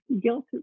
guilt